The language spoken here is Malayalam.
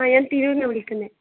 ആ ഞാൻ തിരൂരിൽ നിന്നാണ് വിളിക്കുന്നത്